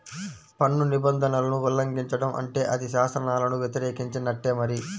పన్ను నిబంధనలను ఉల్లంఘించడం అంటే అది శాసనాలను వ్యతిరేకించినట్టే మరి